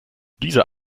dieser